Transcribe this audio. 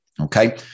Okay